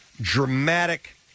dramatic